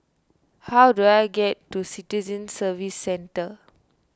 how do I get to Citizen Services Centre